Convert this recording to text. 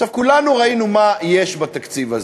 עכשיו, כולנו ראינו מה יש בתקציב הזה.